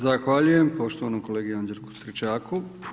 Zahvaljujem poštovanom kolegi Anđelku STričaku.